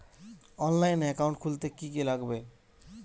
অনলাইনে একাউন্ট খুলতে কি কি লাগবে?